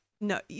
no